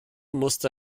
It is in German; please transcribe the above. musste